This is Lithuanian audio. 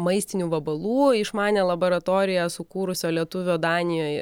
maistinių vabalų išmanią laboratoriją sukūrusio lietuvio danijoj